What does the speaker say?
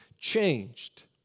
changed